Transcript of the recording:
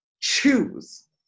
choose